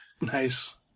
nice